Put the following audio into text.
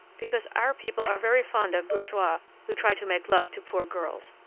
because our people are very fond of bourgeois who try to make love to poor girls!